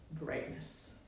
brightness